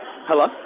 Hello